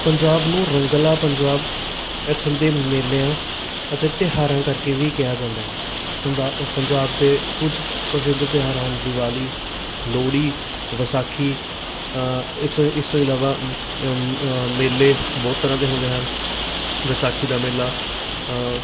ਪੰਜਾਬ ਨੂੰ ਰੰਗਲਾ ਪੰਜਾਬ ਇੱਥੋਂ ਦੇ ਮੇਲਿਆਂ ਅਤੇ ਤਿਉਹਾਰਾਂ ਕਰਕੇ ਵੀ ਕਿਹਾ ਜਾਂਦਾ ਹੈ ਸੰਦਾ ਪੰਜਾਬ ਦੇ ਕੁਝ ਪ੍ਰਸਿੱਧ ਤਿਉਹਾਰ ਹਨ ਦਿਵਾਲੀ ਲੋਹੜੀ ਵਿਸਾਖੀ ਇਸ ਤੋਂ ਇਲਾਵਾ ਮੇਲੇ ਬਹੁਤ ਤਰ੍ਹਾਂ ਦੇ ਹੁੰਦੇ ਹਨ ਵਿਸਾਖੀ ਦਾ ਮੇਲਾ